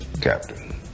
Captain